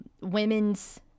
women's